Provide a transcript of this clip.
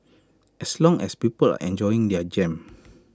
as long as people enjoying their jam